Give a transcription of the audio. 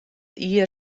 jier